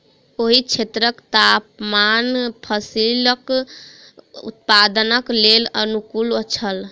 ओहि क्षेत्रक तापमान फसीलक उत्पादनक लेल अनुकूल छल